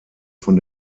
von